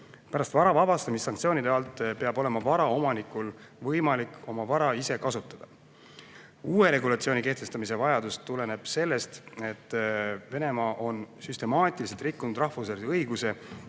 Pärast vara vabastamist sanktsioonide alt peab vara omanikul olema võimalik oma vara ise kasutada. Uue regulatsiooni kehtestamise vajadus tuleneb sellest, et Venemaa on süstemaatiliselt rikkunud rahvusvahelise õiguse